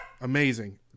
amazing